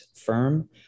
firm